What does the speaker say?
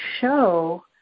show